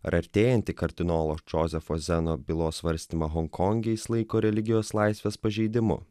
ar artėjantį kardinolo džozefo zeno bylos svarstymą honkonge jis laiko religijos laisvės pažeidimu